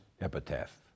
epitaph